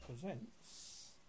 presents